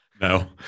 no